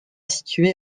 situé